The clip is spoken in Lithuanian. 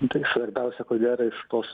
nu tai svarbiausia ko gera iš tos